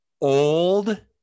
old